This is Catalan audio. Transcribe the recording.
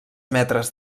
metres